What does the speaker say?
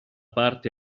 parte